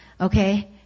okay